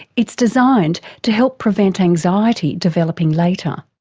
it's designed to help prevent anxiety developing later.